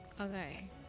Okay